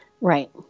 right